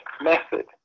method